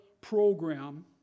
program